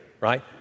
right